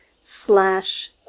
slash